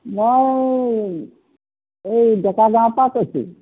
মই এই ডেকাগাঁৱৰ পৰা কৈছোঁ